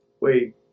Wait